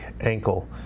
ankle